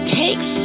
takes